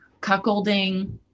cuckolding